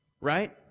right